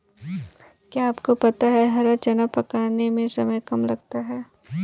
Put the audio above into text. क्या आपको पता है हरा चना पकाने में समय कम लगता है?